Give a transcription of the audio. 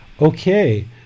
Okay